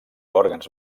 òrgans